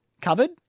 Covered